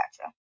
gotcha